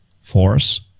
force